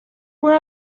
were